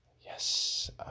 Yes